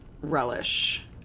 relish